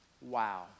wow